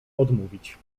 odmówić